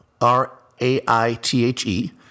R-A-I-T-H-E